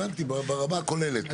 הבנתי, ברמה הכוללת.